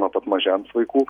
nuo pat mažens vaikų